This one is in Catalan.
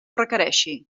requereixi